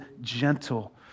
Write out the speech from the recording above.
gentle